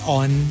on